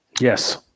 yes